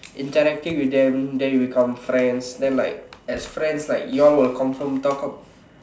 interacting with them then you become friends then like as friends like you all will confirm talk about